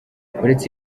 uretse